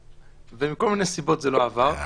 מכל מיני סיבות זה לא עבר.